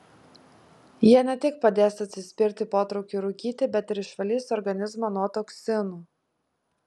jie ne tik padės atsispirti potraukiui rūkyti bet ir išvalys organizmą nuo toksinų